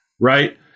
right